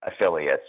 affiliates